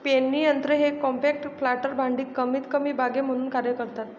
पेरणी यंत्र हे कॉम्पॅक्ट प्लांटर भांडी कमीतकमी बागे म्हणून कार्य करतात